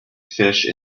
fish